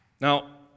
Now